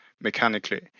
mechanically